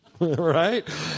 right